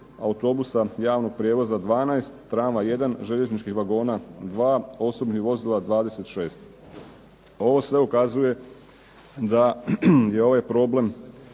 autobusa javnog prijevoza 12, tramvaj 1, željezničkih vagona 2, osobnih vozila 26. Ovo sve ukazuje da je ovaj problem